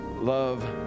love